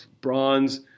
bronze